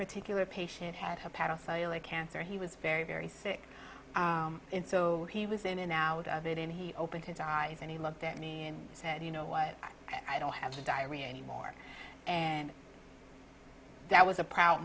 particular patient had cancer he was very very sick and so he was in an out of it and he opened his eyes and he looked at me and said you know what i don't have the diary anymore and that was a proud